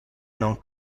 non